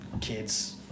kids